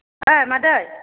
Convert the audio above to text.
ओइ मादै